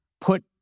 put